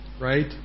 right